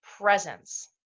presence